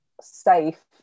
safe